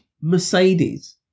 Mercedes